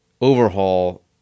overhaul